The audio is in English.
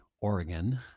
Oregon